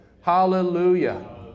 Hallelujah